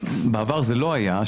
ובעבר זה לא היה,